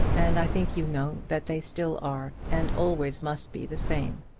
and i think you know that they still are, and always must be, the same.